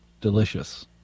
delicious